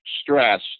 stress